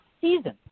season